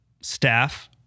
staff